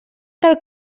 del